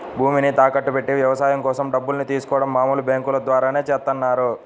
భూమిని తనఖాబెట్టి వ్యవసాయం కోసం డబ్బుల్ని తీసుకోడం మామూలు బ్యేంకుల ద్వారానే చేత్తన్నారు